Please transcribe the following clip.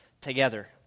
together